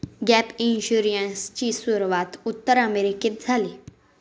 gap इन्शुरन्सची सुरूवात उत्तर अमेरिकेत झाली